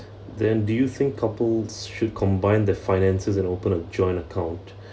then do you think couples should combine their finances and open a joint account